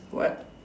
what